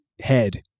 head